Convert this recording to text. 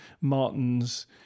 Martin's